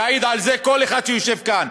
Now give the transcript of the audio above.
יעיד על זה כל אחד שיושב כאן.